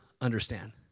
understand